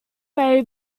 may